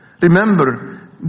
Remember